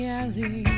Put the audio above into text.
alley